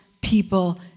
people